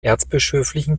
erzbischöflichen